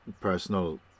personal